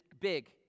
big